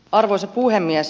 arvoisa puhemies